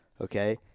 okay